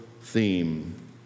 theme